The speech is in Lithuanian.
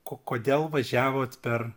ko kodėl važiavot per